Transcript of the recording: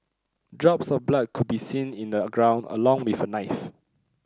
drops of blood could be seen in the ground along with a knife